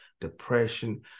depression